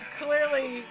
Clearly